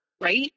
right